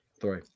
three